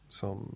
som